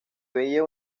veía